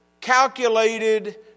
calculated